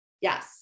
Yes